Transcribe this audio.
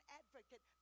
advocate